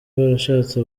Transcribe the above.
barashatse